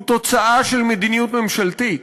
הוא תוצאה של מדיניות ממשלתית.